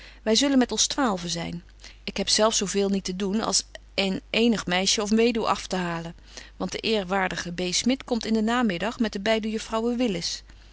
wy zullen met ons twaalven zyn ik heb zelf zo veel niet te doen als een eenig meisje of weduw aftehalen want de eerwaardige b smit komt in den nademiddag met de beide juffrouwen willis